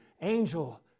Angel